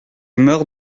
meurs